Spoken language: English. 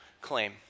claim